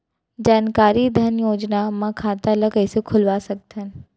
जानकारी धन योजना म खाता ल कइसे खोलवा सकथन?